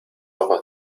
ojos